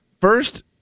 First